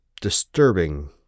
disturbing